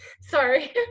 sorry